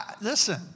listen